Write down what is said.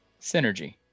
Synergy